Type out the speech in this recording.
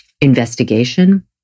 investigation